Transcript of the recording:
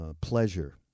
pleasure